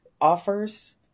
offers